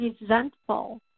resentful